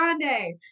Grande